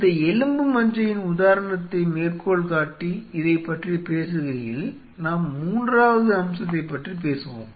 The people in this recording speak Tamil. இந்த எலும்பு மஜ்ஜையின் உதாரணத்தை மேற்கோள் காட்டி இதைப்பற்றிப் பேசுகையில் நாம் மூன்றாவது அம்சத்தைப் பற்றி பேசுவோம்